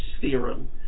theorem